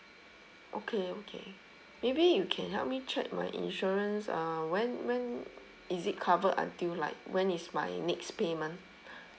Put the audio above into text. okay okay maybe you can help me check my insurance uh when when is it covered until like when is my next payment